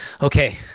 okay